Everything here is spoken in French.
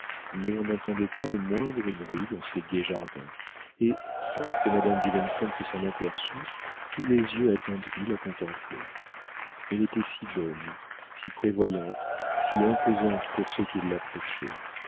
mais on n'entendait pas le moindre bruit dans ces gais jardins et sans que madame willemsens s'en aperçût tous les yeux attendris la contemplaient elle était si bonne si prévoyante si imposante pour ceux qui